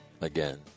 again